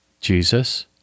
Jesus